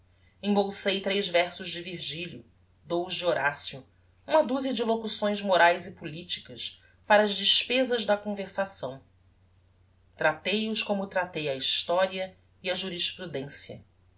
embolsei tres versos de virgilio dous de horacio uma duzia de locuções moraes e politicas para as despezas da conversação tratei os como tratei a historia e a jurisprudencia